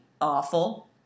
awful